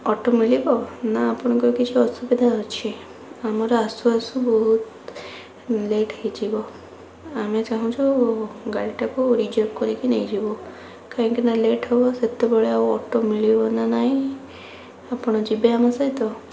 auto ମିଳିବ ନା ଆପଣଙ୍କ କିଛି ଅସୁବିଧା ଅଛି ଆମର ଆସୁ ଆସୁ ବହୁତ ଲେଟ ହୋଇଯିବ ଆମେ ଚାହୁଁଛୁ ଗାଡ଼ିଟାକୁ ରିଜର୍ଭ କରିକି ନେଇଯିବୁ କାହିଁକିନା ଲେଟ ହେବ ସେତେବେଳେ ଆଉ ଅଟୋ ମିଳିବ ନା ନାହିଁ ଆପଣ ଯିବେ ଆମ ସହିତ